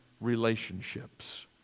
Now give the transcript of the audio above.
relationships